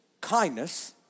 kindness